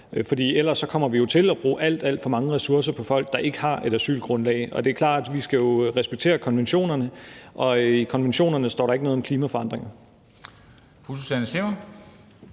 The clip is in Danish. for ellers kommer vi jo til at bruge alt, alt for mange ressourcer på folk, der ikke har et asylgrundlag. Det er klart, at vi skal respektere konventionerne, men i konventionerne står der ikke noget om klimaforandringer.